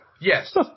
Yes